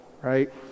Right